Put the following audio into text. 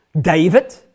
David